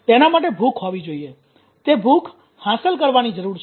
તેના માટે ભૂખ હોવી જોઈએ તે ભૂખ હાંસલ કરવાની જરૂર છે